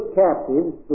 captives